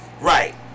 Right